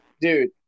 Dude